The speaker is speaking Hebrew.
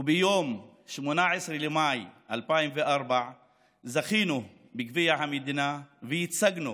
ביום 18 במאי 2004 זכינו בגביע המדינה וייצגנו